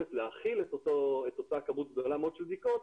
יכולת להכיל את אותה כמות גדולה מאוד של בדיקות,